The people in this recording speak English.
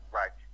right